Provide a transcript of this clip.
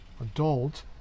adult